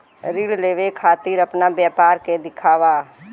ऋण लेवे के खातिर अपना व्यापार के दिखावा?